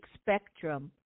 spectrum